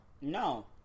No